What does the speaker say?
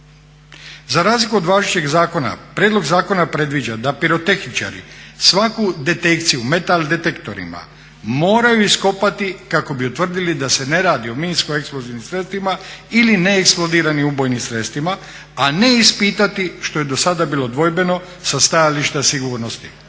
Za razliku od važećeg zakona prijedlog zakona predviđa da pirotehničari svaku detekciju metal detektorima moraju iskopati kako bi utvrdili da se ne radi o minsko-eksplozivnim sredstvima ili neeksplodiranim ubojnim sredstvima a ne ispitati, što je dosada bilo dvojbeno, sa stajališta sigurnosti.